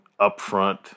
upfront